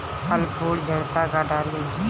फल फूल झड़ता का डाली?